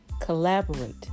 Collaborate